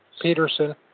Peterson